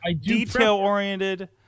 Detail-oriented